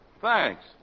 Thanks